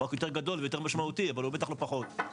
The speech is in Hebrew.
הוא רק יותר גדול ויותר משמעותי, אבל בטח לא פחות.